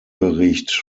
bericht